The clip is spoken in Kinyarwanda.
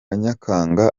nyakanga